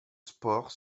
sport